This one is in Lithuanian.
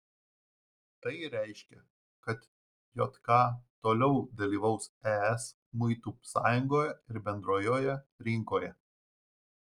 tai reiškia kad jk toliau dalyvaus es muitų sąjungoje ir bendrojoje rinkoje